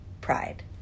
pride